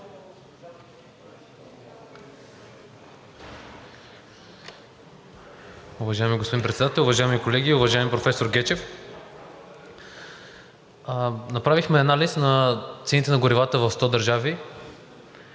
Уважаеми господин Председател, уважаеми колеги! Уважаеми професор Гечев, направихме анализ на цените на горивата в 100 държави